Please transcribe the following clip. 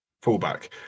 fullback